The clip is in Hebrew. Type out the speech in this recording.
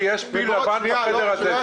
יש "פיל לבן" בחדר הזה,